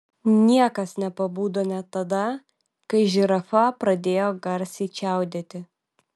niekas nepabudo net tada kai žirafa pradėjo garsiai čiaudėti